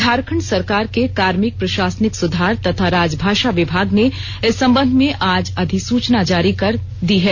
झारखंड सरकार के कार्मिक प्रशासनिक सुधार तथा राजभाषा विभाग ने इस संबंध में आज अधिसूचना जारी कर दी है